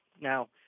Now